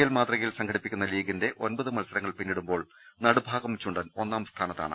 L മാതൃകയിൽ സംഘടിപ്പിക്കുന്ന ലീഗിന്റെ ഒമ്പത് മത്സരങ്ങൾ പിന്നിടുമ്പോൾ നടുഭാഗം ചുണ്ടൻ ഒന്നാം സ്ഥാ നത്താണ്